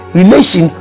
relation